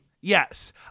Yes